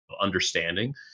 understanding